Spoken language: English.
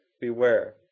Beware